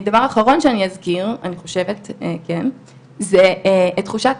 דבר אחרון שאני אזכיר, זה את תחושת